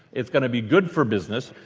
it's going to be good for business.